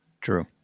True